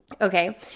Okay